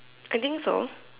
I think so